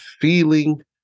feeling